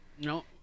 no